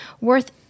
Worth